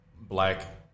black